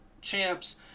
champs